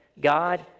God